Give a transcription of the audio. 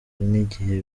n’igihe